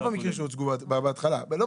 לא במקרים שהוצגו בוועדה.